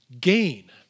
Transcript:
gain